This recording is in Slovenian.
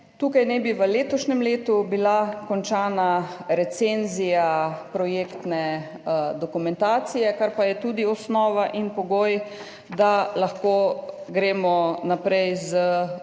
Tukaj naj bi bila v letošnjem letu končana recenzija projektne dokumentacije, kar pa je tudi osnova in pogoj, da lahko gremo naprej z